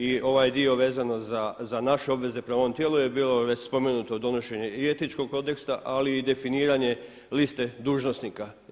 I ovaj dio vezano za naše obveze prema ovom tijelu je bilo već spomenuto donošenje i etičkog kodeksa ali i definiranje liste dužnosnika.